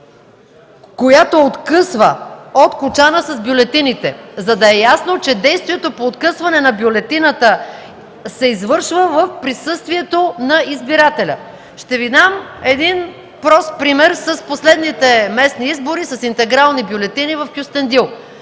„която откъсва от кочана с бюлетините”, за да е ясно, че действието по откъсването на бюлетината се извършва в присъствието на избирателя. Ще Ви дам прост пример с последните местни избори с интегрални бюлетини в Кюстендил.